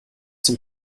zum